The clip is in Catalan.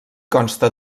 consta